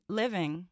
living